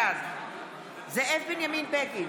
בעד זאב בנימין בגין,